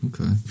Okay